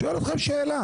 שואל אתכם שאלה,